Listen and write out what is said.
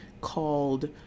called